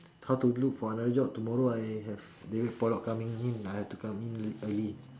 how to look for other job tomorrow I have david-pollock coming in I have to come in early